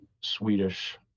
Swedish